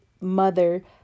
mother